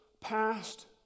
past